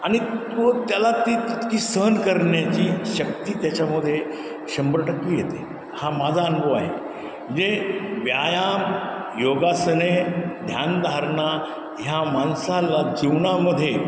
आणि तो त्याला ती तितकी सहन करण्याची शक्ती त्याच्यामध्ये शंभर टक्के येते हा माझा अनुभव आहे म्हणजे व्यायाम योगासने ध्यानधारणा ह्या माणसाला जीवनामध्ये